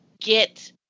get